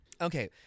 Okay